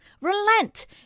Relent